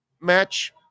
match